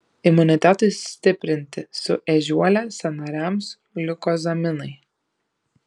imunitetui stiprinti su ežiuole sąnariams gliukozaminai